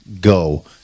Go